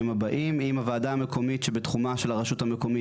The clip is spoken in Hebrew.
הבאים: אם הוועדה המקומית שבתחומה של הרשות המקומית,